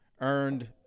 earned